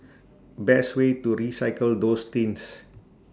best way to recycle those tins